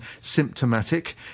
symptomatic